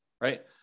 right